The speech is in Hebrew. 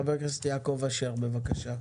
חבר הכנסת יעקב אשר, בבקשה.